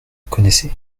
connaissez